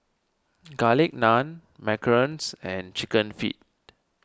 Garlic Naan Macarons and Chicken Feet